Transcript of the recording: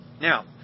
Now